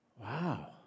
Wow